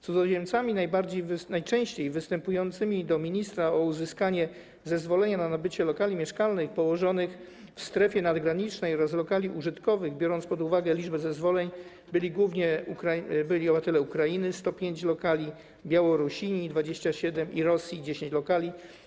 Cudzoziemcami najczęściej występującymi do ministra o uzyskanie zezwolenia na nabycie lokali mieszkalnych położonych w strefie nadgranicznej oraz lokali użytkowych, biorąc pod uwagę liczbę zezwoleń, byli obywatele Ukrainy - 105 lokali, Białorusi - 27 i Rosji - 10 lokali.